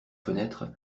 fenêtres